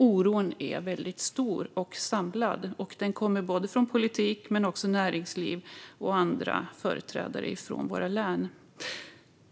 Oron är väldigt stor och samlad, och den kommer från både politik och näringsliv liksom från andra företrädare för våra län.